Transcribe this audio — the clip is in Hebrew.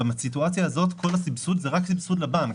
בסיטואציה הזאת כל הסבסוד זה רק סבסוד לבנק.